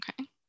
Okay